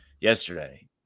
yesterday